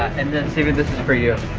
and then stephen, this is for you.